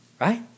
right